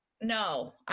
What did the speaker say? no